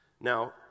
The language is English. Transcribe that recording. Now